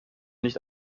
nicht